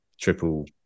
triple